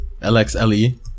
LXLE